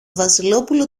βασιλόπουλο